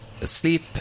asleep